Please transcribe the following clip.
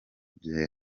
gihe